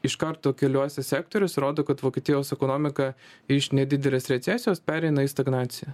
iš karto keliuose sektoriuose rodo kad vokietijos ekonomika iš nedidelės recesijos pereina į stagnaciją